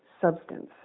substance